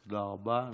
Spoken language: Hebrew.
תודה רבה.